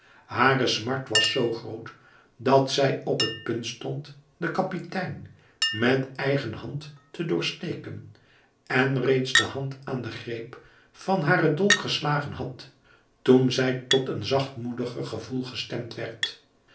hare smart was zoo groot dat zij op het punt stond den kapitein met eigen hand te doorsteken en reeds de hand aan de greep van haren dolk geslagen had toen zij tot een zachtmoediger gevoel gestemd werd